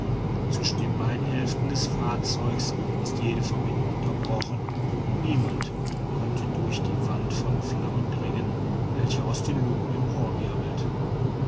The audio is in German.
zwischen den beiden hälften des fahrzeuges ist jede verbindung unterbrochen und niemand könnte durch die wand von flammen dringen welche aus den luken